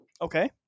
okay